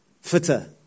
fitter